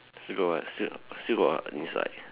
still got what still still got what inside